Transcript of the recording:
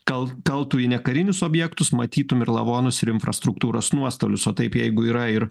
kal kaltų į ne karinius objektus matytum ir lavonus ir infrastruktūros nuostolius o taip jeigu yra ir